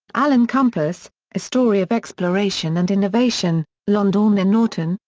alan compass a story of exploration and innovation, london and norton,